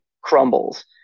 crumbles